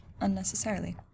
unnecessarily